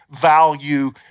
value